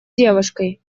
девушкой